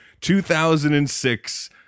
2006